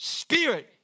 spirit